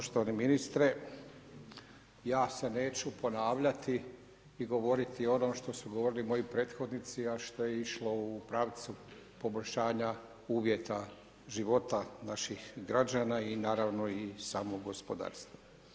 Poštovani ministre, ja se neću ponavljati i govoriti o onom što su govorili moji prethodnici a što je išlo u pravcu poboljšanja uvjeta života naših građana i naravno i samog gospodarstva.